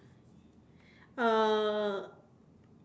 uh